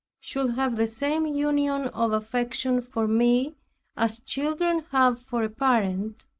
should have the same union of affection for me as children have for a parent,